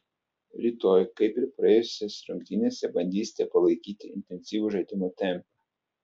rytoj kaip ir praėjusiose rungtynėse bandysite palaikyti intensyvų žaidimo tempą